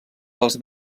als